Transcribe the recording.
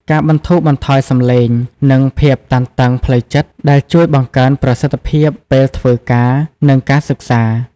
ការបន្ទូរបន្ថយសម្លេង និងភាពតានតឹងផ្លូវចិត្ត ដែលជួយបង្កើនប្រសិទ្ធភាពពេលធ្វើការណ៍ និងការសិក្សា។